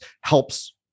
Helps